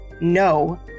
no